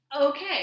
Okay